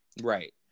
Right